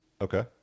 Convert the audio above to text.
Okay